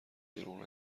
دروغ